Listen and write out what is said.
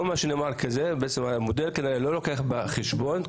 כל מה שנאמר כאן זה שהמודל כנראה לא לוקח בחשבון את